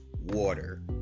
water